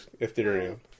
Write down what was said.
Ethereum